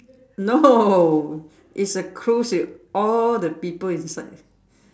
no it's the cruise with all the people inside